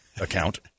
account